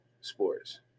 sports